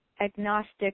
agnostic